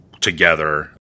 together